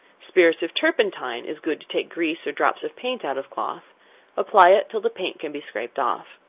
spirits of turpentine is good to take grease or drops of paint out of cloth apply it till the paint can be scraped off.